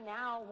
now